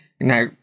Now